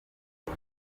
ngo